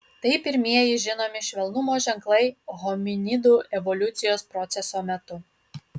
tai pirmieji žinomi švelnumo ženklai hominidų evoliucijos proceso metu